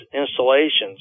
installations